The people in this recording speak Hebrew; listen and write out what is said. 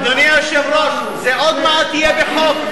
אדוני היושב-ראש, זה עוד מעט יהיה בחוק.